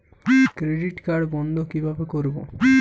Credit card বন্ধ কিভাবে করবো?